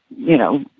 you know,